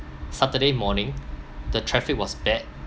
saturday morning the traffic was bad